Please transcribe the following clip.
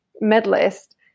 medalist